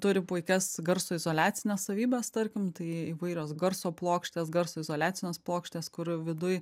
turi puikias garso izoliacines savybes tarkim tai įvairios garso plokštės garso izoliacinės plokštės kur viduj